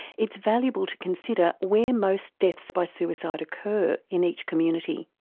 it's valuable to consider where most deaths by suicide occur in each community.